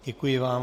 Děkuji vám.